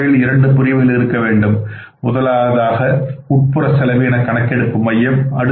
இந்தத் துறையில் இரண்டு பிரிவுகள் இருக்க வேண்டும் முதலாவதாக உட்புற செலவின கணக்கெடுப்பு மையம்